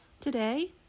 Today